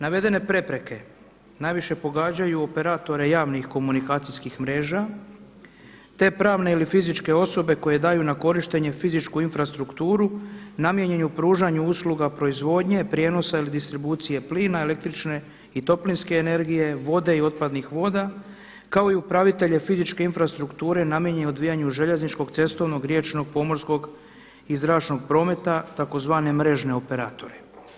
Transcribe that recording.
Navedene prepreke najviše pogađaju operatore javnih komunikacijskih mreža te pravne ili fizičke osobe koje daju na korištenje fizičku infrastrukturu namijenjenu pružanju usluga proizvodnje, prijenosa ili distribucije plina, električne i toplinske energije, vode i otpadnih voda kao i upravitelje fizičke infrastrukture namijenjene odvijanju željezničkog, cestovnog, riječnog, pomorskog i zračnom prometa tzv. mrežne operatore.